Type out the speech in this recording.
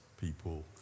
people